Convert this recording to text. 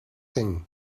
thing